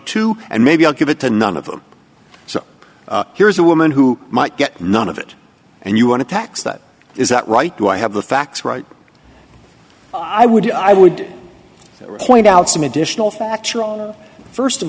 to and maybe i'll give it to none of them so here's a woman who might get none of it and you want to tax that is that right do i have the facts right i would i would point out some additional f